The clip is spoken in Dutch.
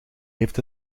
heeft